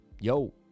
Yo